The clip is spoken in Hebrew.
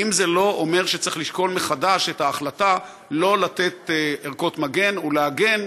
האם זה לא אומר שצריך לשקול מחדש את ההחלטה שלא לתת ערכות מגן ולהגן,